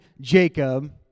Jacob